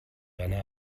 einer